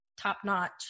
top-notch